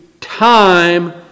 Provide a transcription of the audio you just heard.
time